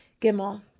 Gimel